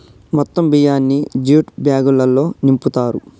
మొత్తం బియ్యాన్ని జ్యూట్ బ్యాగులల్లో నింపుతారు